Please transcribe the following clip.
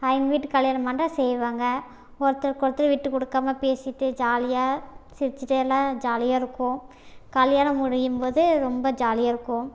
அவங்க வீட்டு கல்யாணமாட்டும் செய்வாங்க ஒருத்தருக்கு ஒருத்தர் விட்டு கொடுக்காம பேசிட்டு ஜாலியாக சிரிச்சுட்டு எல்லாம் ஜாலியாக இருக்கும் கல்யாணம் முடியும் போது ரொம்ப ஜாலியாயிருக்கும்